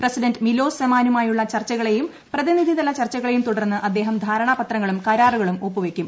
president Milos സെമാനുമായുള്ള ചർച്ചകളേയും പ്രതിനിധിതല ചർച്ചകളേയും തുടർന്ന് അദ്ദേഹം ധാരണാപത്രങ്ങളും കരാറുകളും ഒപ്പുവയ്ക്കും